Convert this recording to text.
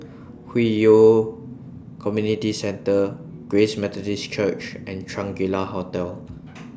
Hwi Yoh Community Centre Grace Methodist Church and Shangri La Hotel